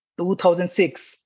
2006